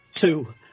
Two